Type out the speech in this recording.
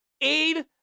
Aid